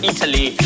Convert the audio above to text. Italy